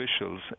officials